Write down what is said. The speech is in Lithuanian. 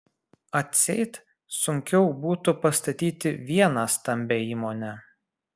atseit sunkiau būtų pastatyti vieną stambią įmonę